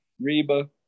Reba